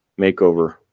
makeover